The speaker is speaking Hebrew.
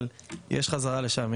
אבל יש חזרה לשם.